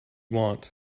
want